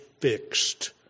fixed